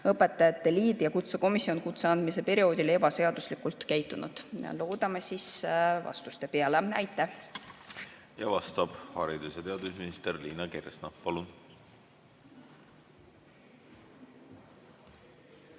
õpetajate liit ja kutsekomisjon kutse andmise perioodil ebaseaduslikult käitunud? Loodame vastuste peale. Aitäh! Vastab haridus‑ ja teadusminister Liina Kersna. Palun!